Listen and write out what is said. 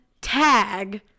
tag